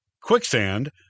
Quicksand